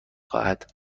خواهد